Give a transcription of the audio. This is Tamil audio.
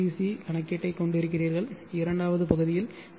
சி கணக்கீட்டைக் கொண்டிருக்கிறீர்கள் இரண்டாவது பகுதியில் பி